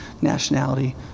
nationality